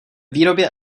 výrobě